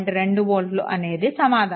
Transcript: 2 వోల్ట్లు అనేది సమాధానం